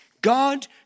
God